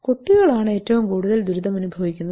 കുട്ടികളാണ് ഏറ്റവും കൂടുതൽ ദുരിതമനുഭവിക്കുന്നത്